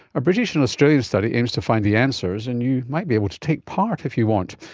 a british and australian study aims to find the answers, and you might be able to take part if you want.